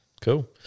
cool